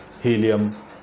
Helium